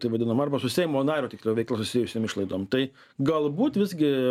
tai vadinam arba su seimo nario tiksliau veikla susijusiom išlaidom tai galbūt visgi